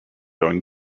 going